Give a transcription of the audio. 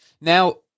now